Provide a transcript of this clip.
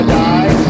die